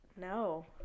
No